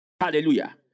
Hallelujah